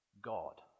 God